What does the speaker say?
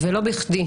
ולא בכדי.